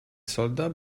soldats